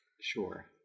Sure